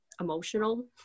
emotional